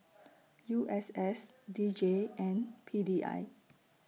U S S D J and P D I